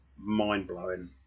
mind-blowing